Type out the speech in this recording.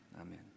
amen